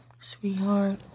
sweetheart